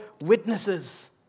witnesses